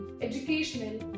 educational